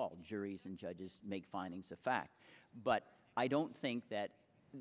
all juries and judges make findings of fact but i don't think that